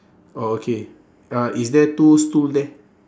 oh okay uh is there two stool there